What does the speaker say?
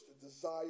desire